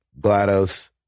GLaDOS